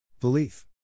Belief